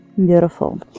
beautiful